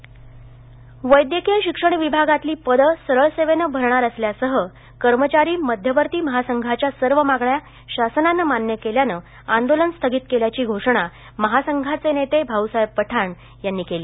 आंदोलन वैद्यकीय शिक्षण विभागातली पदं सरळसेवेनं भरणार असल्यासह कर्मचारी मध्यवर्ती महासंघाच्या सर्व मागण्या शासनानं मान्य केल्यानं आंदोलन स्थगित केल्याची घोषणा महासंघाचे नेते भाऊसाहेब पठाण यांनी केली